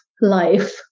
life